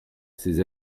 ces